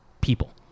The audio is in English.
people